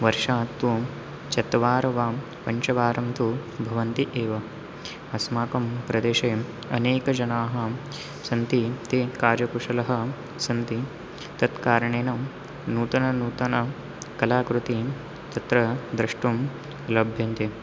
वर्षः तु चत्वारः वा पञ्चवारं तु भवन्ति एव अस्माकं प्रदेशे अनेकजनाः सन्ति ते कार्यकुशलः सन्ति तत्कारणेन नूतननूतनकलाकृतीं तत्र द्रष्टुं लभ्यन्ते